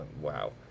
Wow